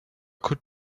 could